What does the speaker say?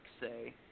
say